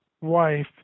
wife